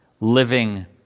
Living